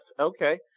Okay